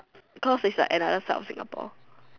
because is like another side of Singapore